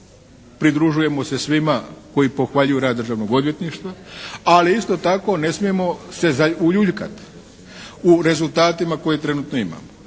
Pridružujemo se svima koji pohvaljuju rad Državnog odvjetništva, ali isto tako ne smijemo se uljuljkati u rezultatima koje trenutno imamo.